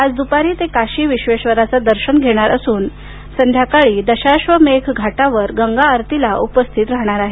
आज दुपारी ते काशी विश्वेश्वराचं दर्शन घेणार असून संध्याकाळी दशाश्वमेघ घाटावर गंगा आरतीला उपस्थित राहणार आहेत